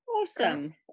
Awesome